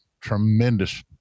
tremendous